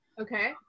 okay